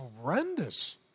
horrendous